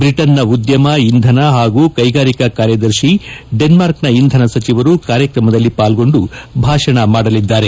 ಬ್ರಟನ್ನ ಉದ್ಘಮ ಇಂಧನ ಹಾಗೂ ಕೈಗಾರಿಕಾ ಕಾರ್ಯದರ್ಶಿ ಡೆನ್ಸಾರ್ಕೆನ ಇಂಧನ ಸಚಿವರು ಕಾರ್ಯಕ್ರಮದಲ್ಲಿ ಪಾಲ್ಗೊಂಡು ಭಾಷಣ ಮಾಡಲಿದ್ದಾರೆ